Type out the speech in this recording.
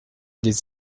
des